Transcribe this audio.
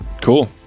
cool